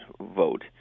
vote